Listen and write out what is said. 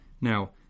Now